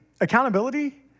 accountability